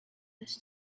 this